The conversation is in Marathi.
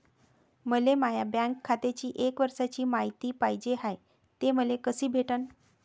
मले माया बँक खात्याची एक वर्षाची मायती पाहिजे हाय, ते मले कसी भेटनं?